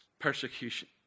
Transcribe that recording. persecution